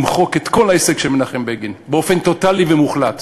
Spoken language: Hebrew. למחוק את כל ההישג של מנחם בגין באופן טוטלי ומוחלט.